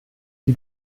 die